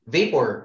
Vapor